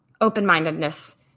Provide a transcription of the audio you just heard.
Open-mindedness